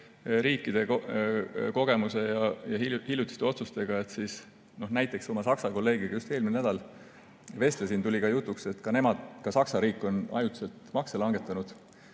riikide kogemuste ja hiljutiste otsustega, siis näiteks ma oma Saksa kolleegiga just eelmisel nädalal vestlesin ja tuli jutuks, et ka Saksa riik on ajutiselt makse langetanud.